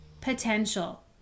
potential